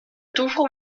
toujours